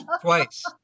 Twice